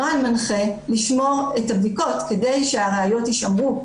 הנוהל מנחה לשמור את הבדיקות כדי שהראיות יישמרו.